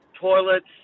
Toilets